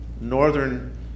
northern